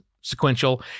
sequential